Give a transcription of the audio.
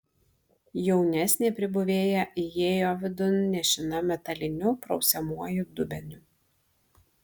jaunesnė pribuvėja įėjo vidun nešina metaliniu prausiamuoju dubeniu